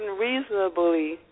reasonably